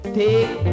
take